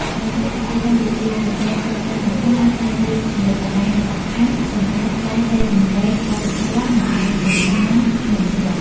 នៅក្នុងប្រទេសកម្ពុជា ប្រព័ន្ធផ្សព្វផ្សាយសង្គមបានក្លាយទៅជាកន្លែងដ៏សំខាន់សម្រាប់ការចែករំលែកវប្បធម៌ និងការកម្សាន្តក្នុងស្រុក។